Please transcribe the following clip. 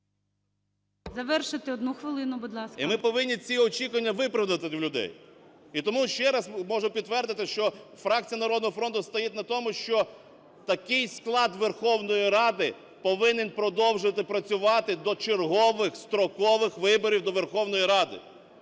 Завершити 1 хвилину, будь ласка. БУРБАК М.Ю. І ми повинні ці очікування виправдати для людей. І тому ще раз можу підтвердити, що фракція "Народного фронту" стоїть на тому, що такий склад Верховної Ради повинен продовжити працювати до чергових строкових виборів до Верховної Ради.